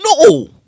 No